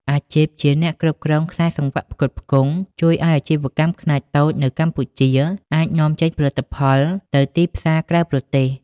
អាជីពជាអ្នកគ្រប់គ្រងខ្សែសង្វាក់ផ្គត់ផ្គង់ ជួយឱ្យអាជីវកម្មខ្នាតតូចនៅកម្ពុជាអាចនាំចេញផលិតផលទៅទីផ្សារក្រៅប្រទេស។